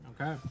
Okay